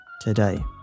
today